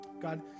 God